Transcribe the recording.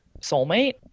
soulmate